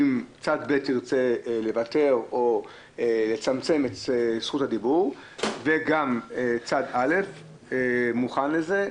אם צד ב' ירצה לוותר או לצמצם את זכות הדיבור וגם צד א' מוכן לזה,